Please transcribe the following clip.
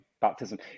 baptism